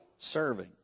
serving